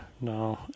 no